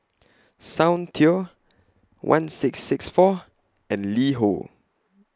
Soundteoh one six six four and LiHo